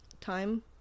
time